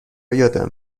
یادم